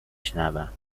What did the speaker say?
شنوم